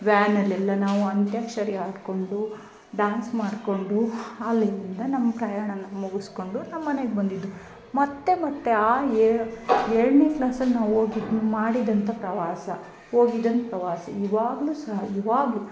ವ್ಯಾನಲೆಲ್ಲ ನಾವು ಅಂತ್ಯಾಕ್ಷರಿ ಆಡಿಕೊಂಡು ಡಾನ್ಸ್ ಮಾಡಿಕೊಂಡು ಅಲ್ಲಿಂದ ನಮ್ಮ ಪ್ರಯಾಣ ಮುಗಿಸ್ಕೊಂಡು ನಮ್ಮಮನೆಗ್ ಬಂದಿದ್ದು ಮತ್ತು ಮತ್ತು ಆ ಏಳು ಏಳನೇ ಕ್ಲಾಸ್ ಅಲ್ಲಿ ನಾವು ಹೋಗಿದ್ದು ಮಾಡಿದಂಥ ಪ್ರವಾಸ ಹೋಗಿದಂಥ ಪ್ರವಾಸ ಇವಾಗಲೂ ಸಹ ಇವಾಗಲೂ